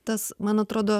tas man atrodo